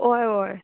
होय होय